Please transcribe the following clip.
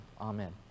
amen